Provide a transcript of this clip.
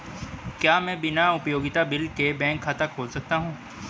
क्या मैं बिना उपयोगिता बिल के बैंक खाता खोल सकता हूँ?